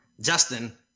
Justin